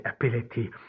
ability